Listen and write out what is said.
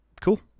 cool